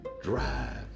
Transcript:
drive